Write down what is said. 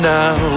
now